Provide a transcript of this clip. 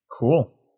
cool